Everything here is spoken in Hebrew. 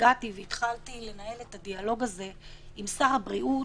הגעתי והתחלתי לנהל את הדיאלוג הזה עם שר הבריאות,